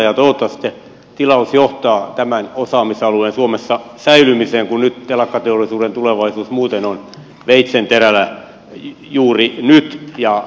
toivottavasti se tilaus johtaa tämän osaamisalueen säilymiseen suomessa kun telakkateollisuuden tulevaisuus muuten on veitsenterällä juuri nyt